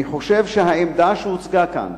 אני חושב שהעמדה שהוצגה כאן,